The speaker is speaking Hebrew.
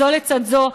זו לצד זו,